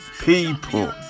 people